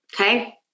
Okay